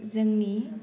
जोंनि